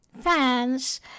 fans